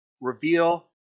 reveal